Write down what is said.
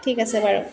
ঠিক আছে হ'ব